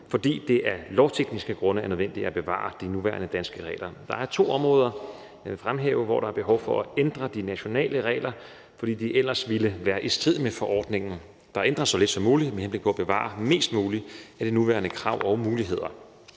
fordi det af lovtekniske grunde er nødvendigt at bevare de nuværende danske regler. Der er to områder, som jeg vil fremhæve nu, hvor der er behov for at ændre de nationale regler, fordi de ellers ville være i strid med forordningen. Der ændres så lidt som muligt med henblik på at bevare mest muligt af de nuværende krav og muligheder.